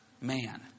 man